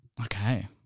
Okay